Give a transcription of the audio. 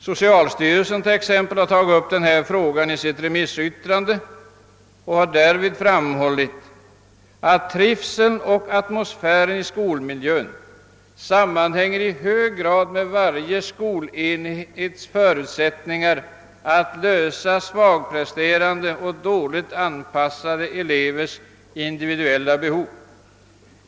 Socialstyrelsen t.ex. har tagit upp denna fråga i sitt remissyttrande och har därvid framhållit att trivseln och atmosfären i skolmiljön sammanhänger med varje skolenhets förutsättningar att tillgodose svagpresterande och dåligt anpassade elevers individuella behov.